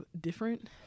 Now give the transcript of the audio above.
different